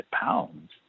pounds